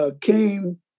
came